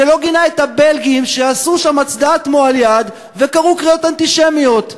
שגינה את הבלגים שעשו שם הצדעת מועל-יד וקראו קריאות אנטישמיות.